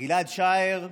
גיל-עד שער,